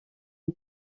une